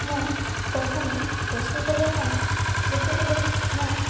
ମୁଁ ପ୍ରଥମେ ରୋଷେଇ କରିବା ପାଇଁ ଯେତେବେଳେ ମୁଁ